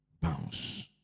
Bounce